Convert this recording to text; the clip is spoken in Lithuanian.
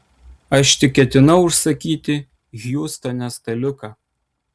aš tik ketinau užsakyti hjustone staliuką